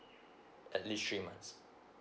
at least three months